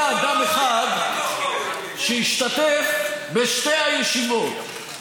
היה אדם אחד שהשתתף בשתי הישיבות,